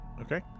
Okay